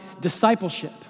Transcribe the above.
discipleship